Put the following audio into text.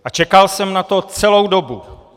A čekal jsem na to celou dobu.